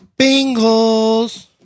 Bengals